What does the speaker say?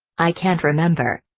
i can't remember.